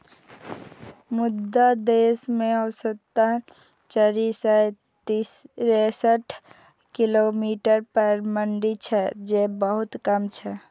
मुदा देश मे औसतन चारि सय तिरेसठ किलोमीटर पर मंडी छै, जे बहुत कम छै